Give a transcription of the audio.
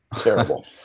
Terrible